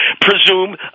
presume